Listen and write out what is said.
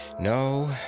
No